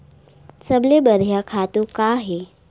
सबले बढ़िया खातु का हे?